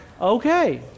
okay